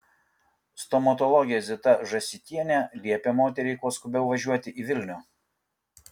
stomatologė zita žąsytienė liepė moteriai kuo skubiau važiuoti į vilnių